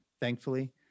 thankfully